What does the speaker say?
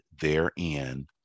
therein